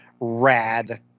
rad